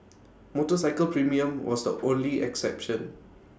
motorcycle premium was the only exception